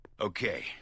Okay